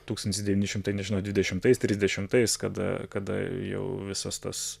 tūkstantis devyni šimtai nežinau dvidešimtais trisdešimtais kada kada jau visas tas